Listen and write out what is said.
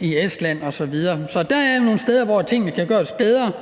i Estland osv. Så der er nogle steder, hvor tingene kan gøres bedre.